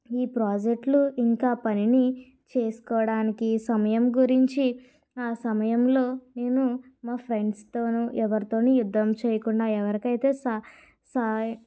ఈ ప్రాజెక్ట్లు ఇంకా పనిని చేసుకోవడానికి సమయం గురించి ఆ సమయంలో నేను మా ఫ్రెండ్స్ తోనూ ఎవరితోనూ యుద్ధం చేయకుండా ఎవరికైతే సా సహయం